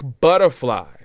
Butterfly